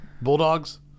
Bulldogs